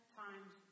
times